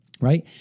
right